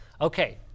Okay